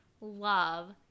love